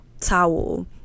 towel